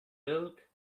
milk